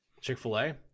Chick-fil-A